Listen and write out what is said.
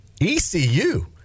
ECU